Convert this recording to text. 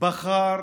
בחר